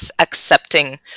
accepting